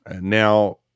Now